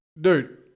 dude